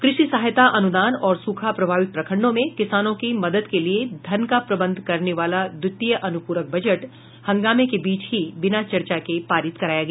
कृषि सहायता अनुदान और सूखा प्रभावित प्रखंडों में किसानों की मदद के लिए धन का प्रबंध करने वाला द्वितीय अनुपूरक बजट हंगामे के बीच ही बिना चर्चा के पारित कराया गया